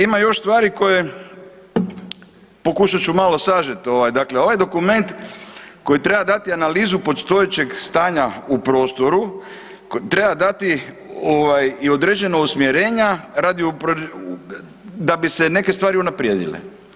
Ima još stvari koje pokušat ću malo sažet ovaj, dakle ovo je dokument koji treba dati analizu postojećeg stanja u prostoru, treba dati ovaj i određena usmjeranja radi, da bi se neke stvari unaprijedile.